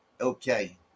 okay